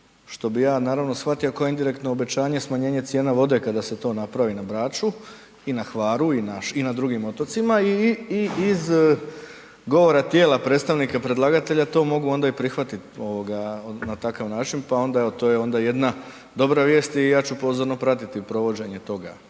što bi ja naravno shvatio kao indirektno obećanje smanjenja cijene vode kada se to napravi na Braču i na Hvaru i na drugim otocima i iz govora tijela predstavnika predlagatelja, to mogu onda i prihvatiti na takav način pa onda evo to je onda jedna dobra vijest i ja ću pozorno pratiti provođenje toga.